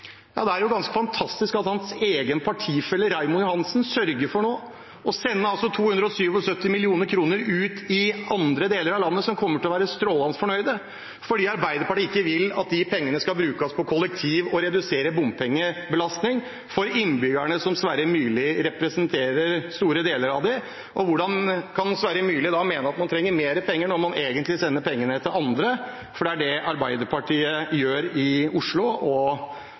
Det er ganske fantastisk at hans egen partifelle Raymond Johansen nå sørger for å sende 277 mill. kr ut til andre deler av landet, som kommer til å bli strålende fornøyd fordi Arbeiderpartiet ikke vil at de pengene skal brukes på kollektivtrafikk og redusere bompengebelastningen for innbyggerne som Sverre Myrli representerer store deler av. Hvordan kan representanten Myrli mene at man trenger mer penger når man sender pengene til andre, for det er det Arbeiderpartiet gjør i Oslo, og